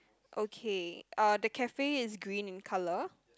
okay uh the cafe is green in colour